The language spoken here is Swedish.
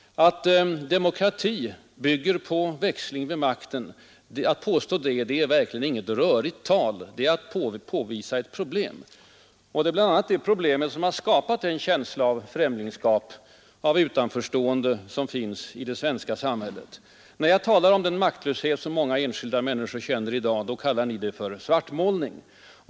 Att påstå att demokrati bygger på växling vid makten är verkligen inget ”rörigt” tal. Det är att påvisa ett problem. Det är bl.a. det problemet som har skapat den känsla av främlingskap, av utanförstående som finns i det svenska samhället. När jag talar om den maktlöshet som många enskilda människor känner i dag kallar ni det för svartmålning.